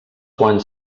quan